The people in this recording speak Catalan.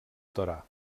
torà